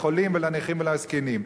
לחולים ולנכים ולזקנים.